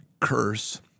curse